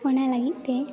ᱚᱱᱟ ᱞᱟᱹᱜᱤᱫ ᱛᱮ